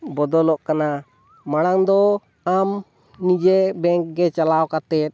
ᱵᱚᱫᱚᱞᱚᱜ ᱠᱟᱱᱟ ᱢᱟᱲᱟᱝ ᱫᱚ ᱟᱢ ᱱᱤᱡᱮ ᱵᱮᱝᱠ ᱜᱮ ᱪᱟᱞᱟᱣ ᱠᱟᱛᱮᱫ